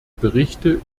berichte